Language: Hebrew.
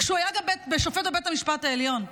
וכשהוא היה שופט בבית המשפט העליון.